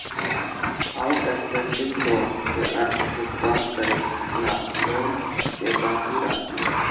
outstanding loan के अर्थ भुगतान करे ला लोन के बाकि राशि हई